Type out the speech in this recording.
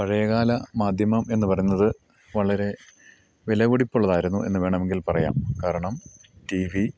പഴയകാല മാധ്യമം എന്ന് പറയുന്നത് വളരെ വിലപടിപ്പുള്ളതായിരുന്നു എന്ന് വേണമെങ്കിൽ പറയാം കാരണം ടി വി